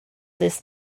this